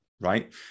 right